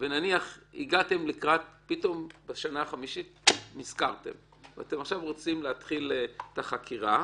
נניח שפתאום בשנה החמישית נזכרתם ואתם רוצים להתחיל את החקירה,